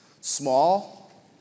Small